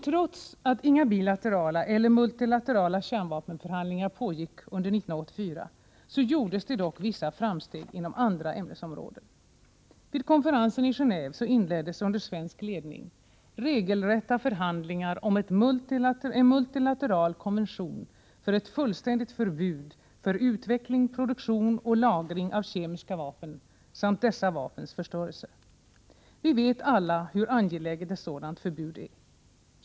Trots att inga bilaterala eller multilaterala kärnvapenförhandlingar pågick under 1984 gjordes dock vissa framsteg inom andra ämnesområden. Vid konferensen i Gené&ve inleddes, under svensk ledning, regelrätta förhandlingar om en multilateral konvention för ett fullständigt förbud mot utveckling, produktion och lagring av kemiska vapen samt dessa vapens förstörelse. Vi vet alla hur angeläget ett sådant förbud är.